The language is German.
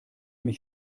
mich